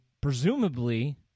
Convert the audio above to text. presumably